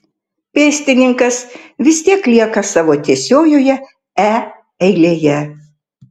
pėstininkas vis tiek lieka savo tiesiojoje e eilėje